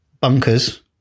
bunkers